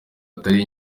atari